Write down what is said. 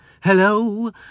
Hello